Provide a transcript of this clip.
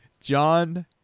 John